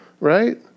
right